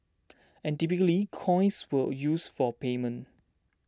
and typically coins were used for payment